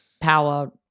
power